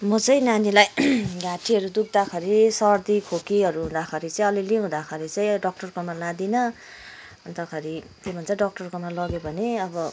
म चाहिँ नानीलाई घाँटीहरू दुख्दाखेरि सर्दी खोकीहरू हुँदाखरि चाहिँ अलिअलि हुँदाखरि चाहिँ डक्टरकोमा लाँदिन अन्तखरि के भन्छ डक्टरकोमा लग्यो भने अब